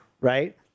right